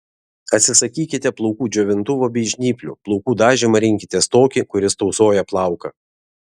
atsisakykite plaukų džiovintuvo bei žnyplių plaukų dažymą rinkitės tokį kuris tausoja plauką